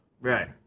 right